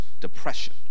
depression